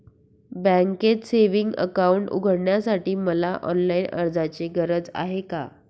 बँकेत savings account उघडण्यासाठी मला ऑनलाईन अर्जाची गरज आहे का?